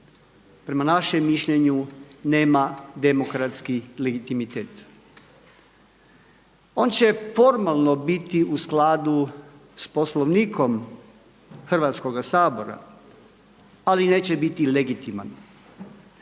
prema našem mišljenju nema demokratski legitimitet. On će formalno biti u skladu sa Poslovnikom Hrvatskoga sabora ali neće biti legitiman.